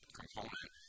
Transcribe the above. component